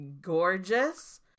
gorgeous